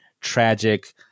tragic